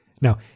Now